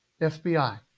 FBI